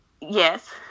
Yes